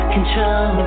Control